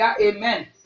amen